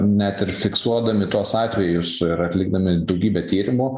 net ir fiksuodami tuos atvejus ir atlikdami daugybę tyrimų